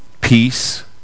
peace